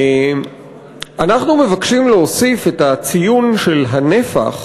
אנחנו מבקשים להוסיף את הציון של הנפח,